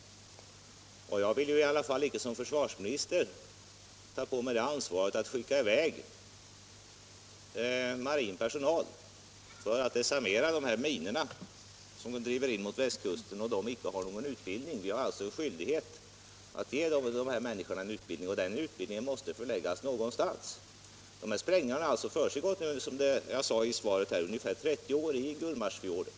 Jag vill inte som försvarsminister ta på mitt ansvar att skicka i väg marin personal för att desarmera de här minorna som driver in mot västkusten om personalen inte har någon utbildning. Vi har alltså skyldighet att ge dessa människor en utbildning, och den utbildningen måste förläggas någonstans. Sprängningar har, som jag sade i svaret, försiggått i ungefär 30 år i Gullmarsfjorden.